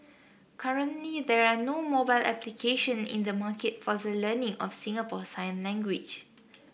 currently there are no mobile application in the market for the learning of Singapore sign language